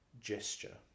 gesture